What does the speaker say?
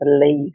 believe